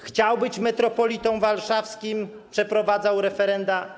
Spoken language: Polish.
Chciał być metropolitą warszawskim, przeprowadzał referenda.